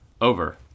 Over